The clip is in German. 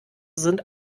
sind